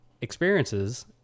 experiences